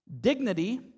dignity